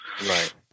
right